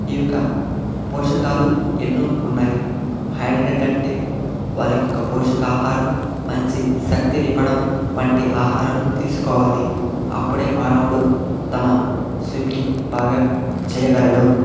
ఈ యొక్క పోషకాలు ఎన్నో ఉన్నాయి హైడ్రేటెడ్ అంటే వారి యొక్క పోషక ఆహారం మంచి శక్తిని ఇవ్వడం వంటి ఆహారాలు తీసుకోవాలి అప్పుడే మానవుడు తమ స్విమ్ ని బాగా చేయగలడు